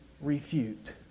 refute